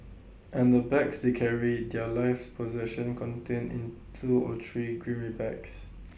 and the bags they carry their life's possessions contained in two or three grimy bags